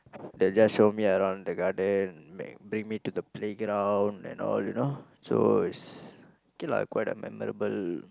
they just show me around the garden make bring me to the playground and all you know so it's okay lah quite a memorable